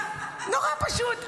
נורא פשוט.